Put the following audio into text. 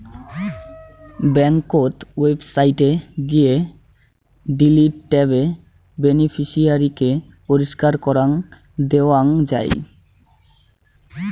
ব্যাংকোত ওয়েবসাইটে গিয়ে ডিলিট ট্যাবে বেনিফিশিয়ারি কে পরিষ্কার করাং দেওয়াং যাই